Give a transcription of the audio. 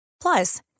Plus